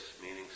meaning